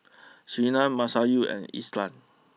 Surinam Masayu and Ishak